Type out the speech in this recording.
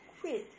quit